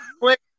quick